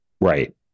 right